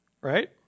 right